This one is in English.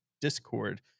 discord